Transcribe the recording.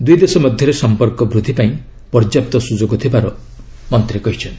ଦୁଇ ଦେଶ ମଧ୍ୟରେ ସମ୍ପର୍କ ବୃଦ୍ଧି ପାଇଁ ପର୍ଯ୍ୟାପ୍ତ ସୁଯୋଗ ଥିବାର ସେ କହିଛନ୍ତି